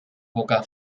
poca